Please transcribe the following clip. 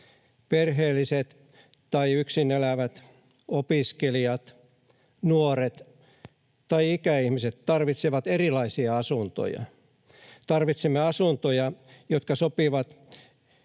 Perheelliset tai yksin elävät, opiskelijat, nuoret tai ikäihmiset tarvitsevat erilaisia asuntoja. Tarvitsemme asuntoja, jotka sopivat